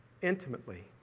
intimately